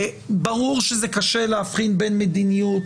ברור שזה קשה להבחין בין מדיניות